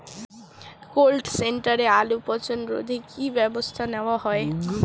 Cold স্টোরে আলুর পচন রোধে কি ব্যবস্থা নেওয়া হয়?